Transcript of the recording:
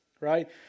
Right